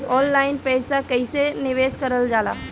Online पईसा कईसे निवेश करल जाला?